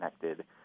connected